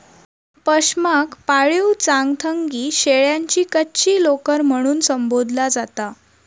पशमाक पाळीव चांगथंगी शेळ्यांची कच्ची लोकर म्हणून संबोधला जाता